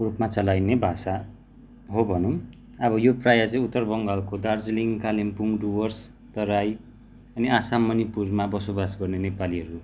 को रूपमा चलाइने भाषा हो भनौँ अब यो प्रायः चाहिँ उत्तर बङ्गालको दार्जिलिङ कालिम्पोङ डुवर्स तराई अनि आसाम मणिपुरमा बसोबास गर्ने नेपालीहरू